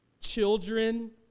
Children